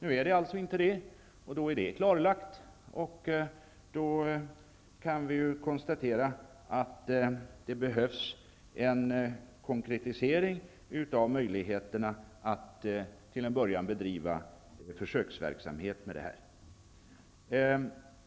Nu är det alltså inte så. Då är det klarlagt. Då kan vi konstatera att det behövs en konkretisering av möjligheterna att till en början bedriva försöksverksamhet i detta